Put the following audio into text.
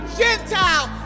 gentile